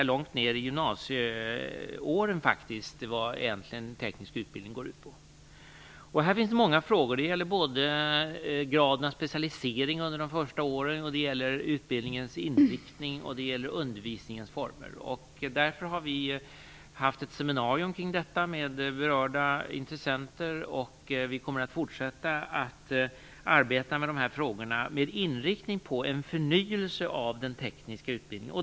Långt ner i gymnasieåren påverkas man av denna bild av vad teknisk utbildning egentligen går ut på. Här finns många frågor. Det gäller graden av specialisering under de första åren, utbildningens inriktning och undervisningens former. Därför har vi haft ett seminarium kring detta med berörda intressenter, och vi kommer att fortsätta att arbeta med dessa frågor med inriktning på en förnyelse av den tekniska utbildningen.